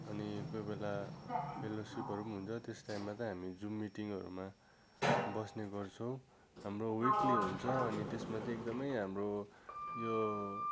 अनि कोही बेला फेलोसिपहरू पनि हुन्छ त्यस टाइममा त हामी जुम मिटिङहरूमा बस्ने गर्छौँ हाम्रो विकली हुन्छ अनि त्यसमा चाहिँ एकदमै हाम्रो यो